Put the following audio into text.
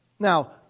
Now